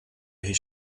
his